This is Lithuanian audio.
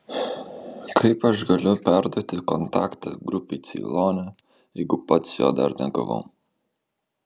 kaip aš galiu perduoti kontaktą grupei ceilone jeigu pats jo dar negavau